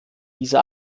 diese